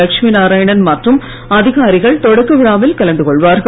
லட்சுமி நாராயணன் மற்றும் அதிகாரிகள் தொடக்க விழாவில் கலந்து கொள்வார்கள்